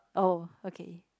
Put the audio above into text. oh okay